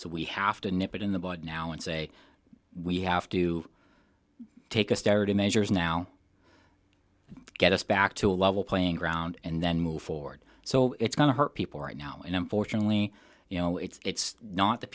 so we have to nip it in the bud now and say we have to take a sturdy measures now to get us back to a level playing ground and then move forward so it's going to hurt people right now and unfortunately you know it's not th